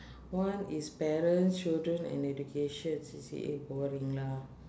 one is parent children and education C_C_A boring lah